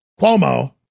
Cuomo